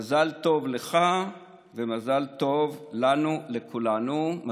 מזל טוב לך ומזל טוב לנו, לכולנו.